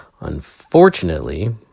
Unfortunately